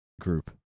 group